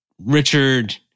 Richard